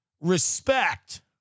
Respect